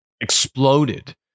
exploded